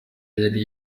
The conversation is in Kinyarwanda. yari